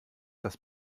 dass